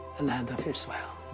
and land of israel.